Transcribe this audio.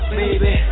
baby